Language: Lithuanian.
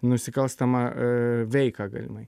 nusikalstamą aaa veiką galimai